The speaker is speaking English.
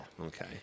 okay